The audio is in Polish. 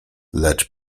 lecz